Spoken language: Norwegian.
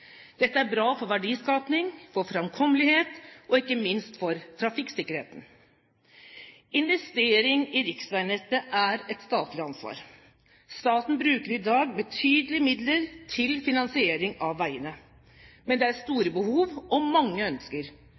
Dette er bra for verdiskaping, for framkommelighet og ikke minst for trafikksikkerheten. Investering i riksveinettet er et statlig ansvar. Staten bruker i dag betydelige midler til finansiering av veiene. Men det er store behov og mange ønsker,